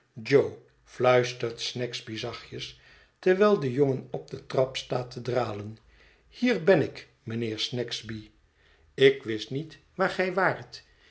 fluistert snagsby zachtjes terwijl de jongen op de trap staat te dralen hier ben ik mijnheer snagsby ik wist niet waar gij waart